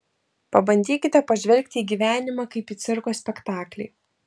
pabandykite pažvelgti į gyvenimą kaip į cirko spektaklį